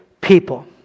people